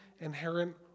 inherent